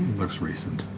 looks recent.